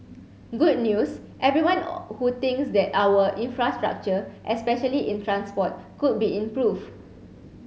good news everyone who thinks that our infrastructure especially in transport could be improveed